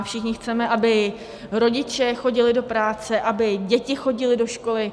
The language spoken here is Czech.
Všichni chceme, aby rodiče chodili do práce, aby děti chodily do školy.